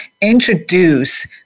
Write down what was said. introduce